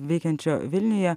veikiančio vilniuje